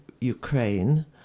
Ukraine